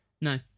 No